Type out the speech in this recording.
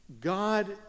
God